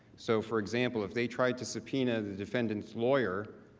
so for example, if they tried to subpoena the defendant's lawyer,